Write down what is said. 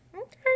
Okay